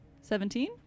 Seventeen